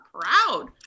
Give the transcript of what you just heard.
proud